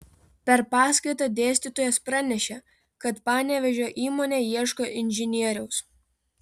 per paskaitą dėstytojas pranešė kad panevėžio įmonė ieško inžinieriaus